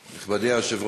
אדוני.